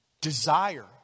desire